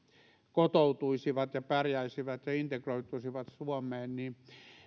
kotoutuisivat ja pärjäisivät ja integroituisivat suomeen niin